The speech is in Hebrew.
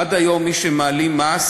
עד היום מי שמעלים מס